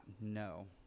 No